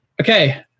Okay